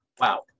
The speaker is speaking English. Wow